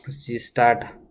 she starts